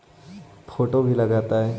Photo भी लग तै?